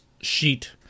sheet